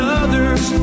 others